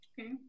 Okay